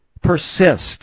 Persist